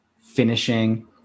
finishing